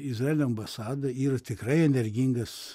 izraelio ambasada yra tikrai energingas